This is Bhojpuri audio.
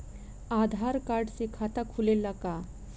आधार कार्ड से खाता खुले ला का?